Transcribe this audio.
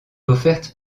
offertes